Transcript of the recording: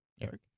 Eric